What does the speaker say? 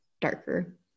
darker